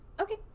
Okay